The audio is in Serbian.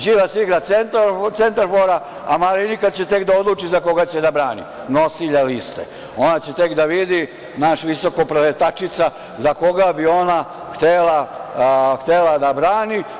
Đilas igra centarfora, a Marinika će tek da odluči za koga će da brani, nosilja liste, ona će tek da vidi, naša visokopreletačica, za koga bi ona htela da brani.